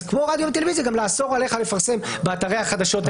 אז כמו רדיו וטלוויזיה גם לאסור עליך לפרסם באתרי החדשות האינטרנטיים.